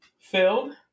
filled